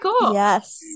Yes